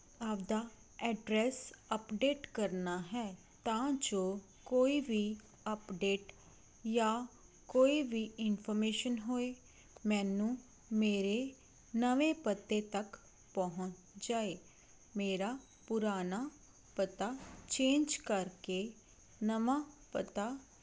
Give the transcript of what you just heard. ਆਪਦਾ address update ਕਰਨਾ ਹੈ ਤਾਂ ਜੋ ਕੋਈ ਵੀ ਅਪਡੇਟ ਜਾਂ ਕੋਈ ਵੀ ਇਨਫੋਰਮੇਸ਼ਨ ਹੋਵੇ ਮੈਨੂੰ ਮੇਰੇ ਨਵੇਂ ਪਤੇ ਤੱਕ ਪਹੁੰਚ ਜਾਏ ਮੇਰਾ ਪੁਰਾਣਾ ਪਤਾ ਚੇਂਜ ਕਰਕੇ ਨਵਾਂ ਪਤਾ